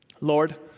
Lord